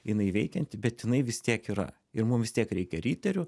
jinai veikianti bet jinai vis tiek yra ir mum vis tiek reikia riterių